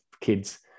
kids